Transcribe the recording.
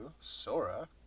Sora